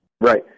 Right